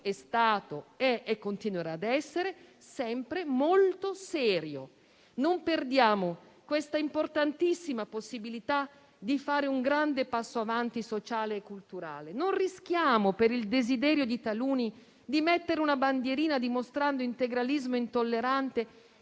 è stato, è e continuerà a essere sempre molto serio. Non perdiamo questa importantissima possibilità di fare un grande passo avanti sociale e culturale. Non rischiamo - per il desiderio di taluni - di mettere una bandierina dimostrando integralismo intollerante,